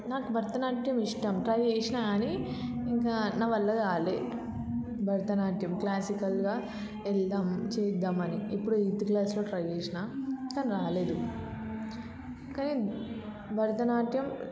నాకు భరతనాట్యం ఇష్టం ట్రై చేసిన కానీ ఇంకా నావల్ల కాలేదు భరతనాట్యం క్లాసికల్గా వెళదాం చేద్దామని ఎప్పుడో ఎయిత్ క్లాస్లో ట్రై చేసిన కానీ రాలేదు కానీ భరతనాట్యం